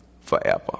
forever